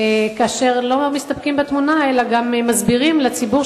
כאשר לא מסתפקים בתמונה אלא גם מסבירים לציבור,